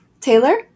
Taylor